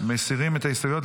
מסירים את ההסתייגויות,